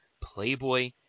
Playboy